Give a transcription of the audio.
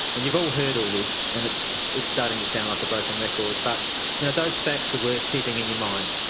and you've all heard all this and it's it's starting to sound like a broken record, but you know those facts are worth keeping in your minds.